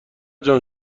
جان